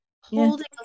holding